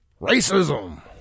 racism